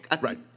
Right